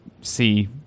see